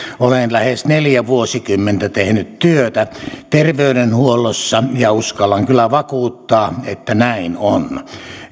olen lähes neljä vuosikymmentä tehnyt työtä terveydenhuollossa ja uskallan kyllä vakuuttaa että näin on